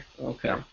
Okay